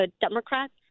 Democrats